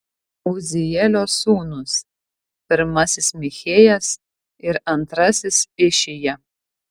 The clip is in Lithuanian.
uzielio sūnūs pirmasis michėjas ir antrasis išija